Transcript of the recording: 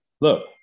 look